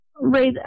right